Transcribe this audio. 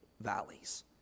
valleys